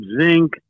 zinc